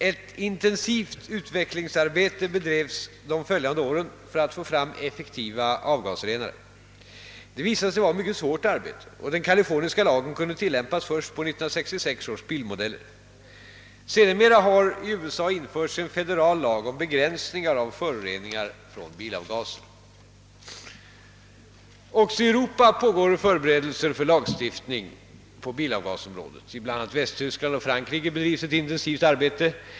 Ett intensivt utvecklingsarbete bedrevs de följande åren för att få fram effektiva avgasrenare, Det visade sig vara ett mycket svårt arbete och den kaliforniska lagen kunde tillämpas först på 1966 års bilmodeller. Sedermera har i USA införts en federal lag om begränsning av föroreningar från bilavgaser. Också i Europa pågår förberedelser för lagstiftning på bilavgasområdet. I bl.a. Västtyskland och Frankrike bedrivs ett in tensivt arbete.